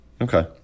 okay